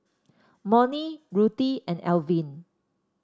Monnie Ruthie and Alvin